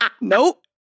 Nope